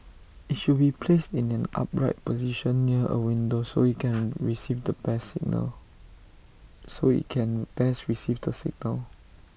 IT should be placed in an upright position near A window so IT can receive the best signal so IT can best receive the signal